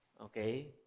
Okay